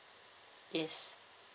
yes